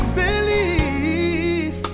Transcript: believe